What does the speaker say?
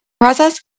process